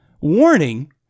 Warning